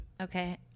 Okay